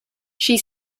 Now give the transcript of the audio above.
she